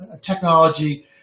technology